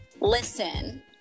listen